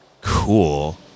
Cool